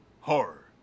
horror